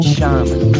Shaman